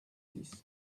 six